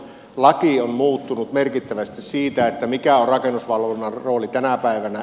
laki on muuttunut merkittävästi siinä mikä on rakennusvalvonnan rooli tänä päivänä